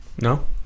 No